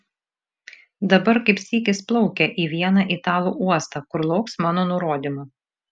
dabar kaip sykis plaukia į vieną italų uostą kur lauks mano nurodymų